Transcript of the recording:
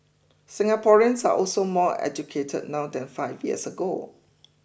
Singaporeans are also more educated now than five years ago